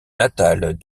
natale